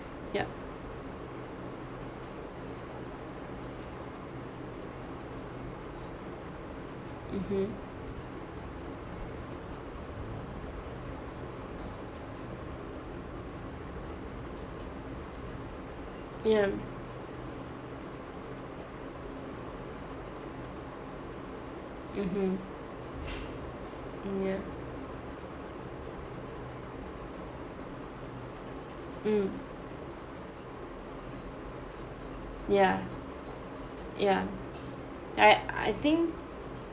yup mmhmm ya mmhmm ya mm ya ya I I think